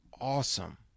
awesome